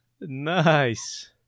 Nice